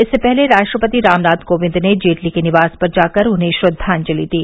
इससे पहले राष्ट्रपति रामनाथ कोविंद ने जेटली के निवास पर जाकर उन्हें श्रद्वांजलि दी